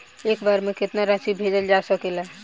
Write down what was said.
एक बार में केतना राशि भेजल जा सकेला?